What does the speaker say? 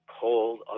cold